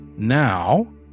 Now